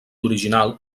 original